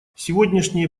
сегодняшние